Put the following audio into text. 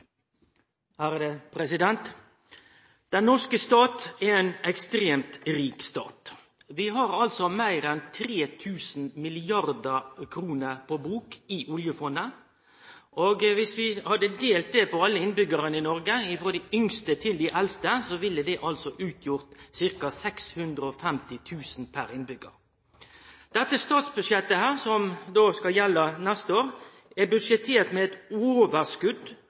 har meir enn 3 000 mrd. kr på bok i oljefondet, og dersom vi hadde delt det på alle innbyggjarane i Noreg – frå dei yngste til dei eldste – ville det utgjort ca. 650 000 kr per innbyggjar. Det statsbudsjettet som skal gjelde neste år, er budsjettert med eit